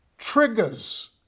triggers